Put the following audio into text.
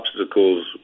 obstacles